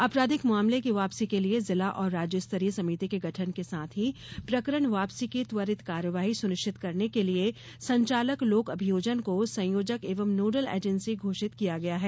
आपराधिक मामले की वापसी के लिये जिला और राज्य स्तरीय समिति के गठन के साथ ही प्रकरण वापसी की त्वरित कार्यवाही सुनिश्चित करने के लिए संचालक लोक अभियोजन को संयोजक एवं नोडल एजेंसी घोषित किया गया है